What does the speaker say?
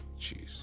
Jeez